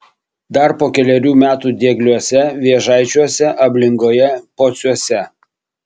dar po kelerių metų diegliuose vėžaičiuose ablingoje pociuose